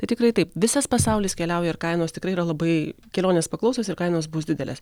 tai tikrai taip visas pasaulis keliauja ir kainos tikrai yra labai kelionės paklausios ir kainos bus didelės